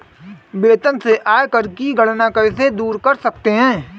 वेतन से आयकर की गणना कैसे दूर कर सकते है?